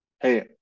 Hey